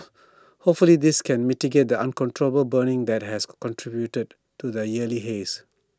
hopefully this can mitigate the uncontrollable burning that has contributed to the yearly haze